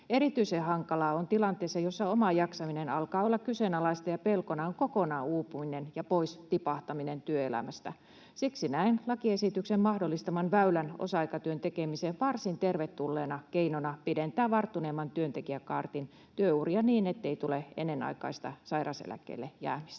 Erityisen hankalaa on tilanteessa, jossa oma jaksaminen alkaa olla kyseenalaista ja pelkona on kokonaan uupuminen ja pois tipahtaminen työelämästä. Siksi näen lakiesityksen mahdollistaman väylän osa-aikatyön tekemiseen varsin tervetulleena keinona pidentää varttuneemman työntekijäkaartin työuria niin, ettei tule ennenaikaista sairauseläkkeelle jäämistä.